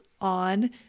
on